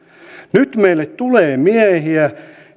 nyt kun meille tulee miehiä